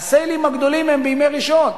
ה"סיילים" הגדולים הם בימי ראשון,